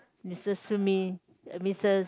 Mister Sumi Missus